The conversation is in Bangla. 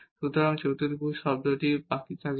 সুতরাং দ্বিঘাত শব্দটি বাকি থাকবে